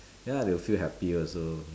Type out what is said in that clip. ya they will feel happy also